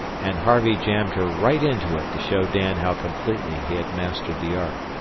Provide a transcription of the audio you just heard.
and harvey jammed her right into it to show dan how completely he had mastered the art.